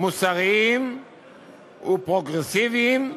מוסריים ופרוגרסיביים,